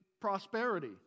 prosperity